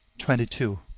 twenty two.